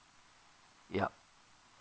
yup